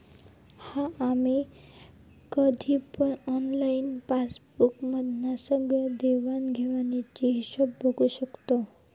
हा आम्ही कधी पण ऑनलाईन पासबुक मधना सगळ्या देवाण घेवाणीचो हिशोब बघू शकताव